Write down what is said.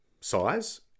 size